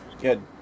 good